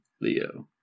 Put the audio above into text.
Leo